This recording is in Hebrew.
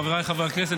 חבריי חברי הכנסת,